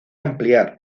ampliar